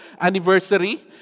anniversary